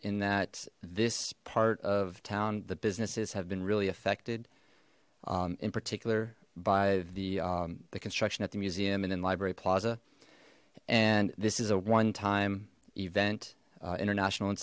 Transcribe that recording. in that this part of town the businesses have been really affected in particular by the construction at the museum and in library plaza and this is a one time event international and